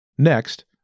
Next